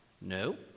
No